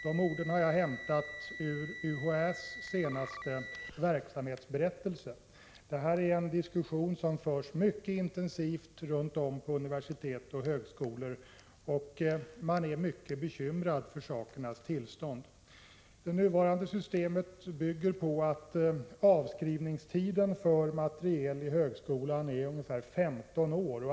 De orden har jag hämtat ur UHÄ:s senaste verksamhetsberättelse. Det här är en fråga som diskuteras mycket intensivt ute på universitet och högskolor. Man är mycket bekymrad över sakernas tillstånd. Det nuvarande systemet bygger på att avskrivningstiden för materiel i högskolan är ungefär 15 år.